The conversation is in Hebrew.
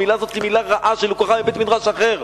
המלה הזאת היא מלה רעה שלקוחה מבית-מדרש אחר,